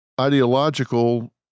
ideological